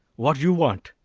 what do you want?